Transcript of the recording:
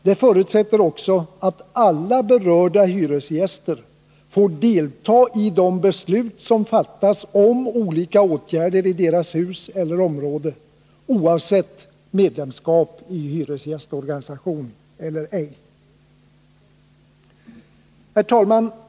Det förutsätter också att alla berörda hyresgäster får delta i de beslut som fattas om olika åtgärder i deras hus eller område, oavsett medlemskap i hyresgästorganisation eller ej.